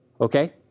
Okay